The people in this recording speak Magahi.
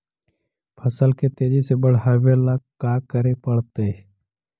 फसल के तेजी से बढ़ावेला का करे पड़तई?